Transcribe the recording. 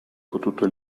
potuto